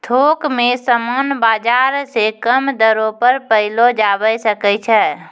थोक मे समान बाजार से कम दरो पर पयलो जावै सकै छै